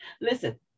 Listen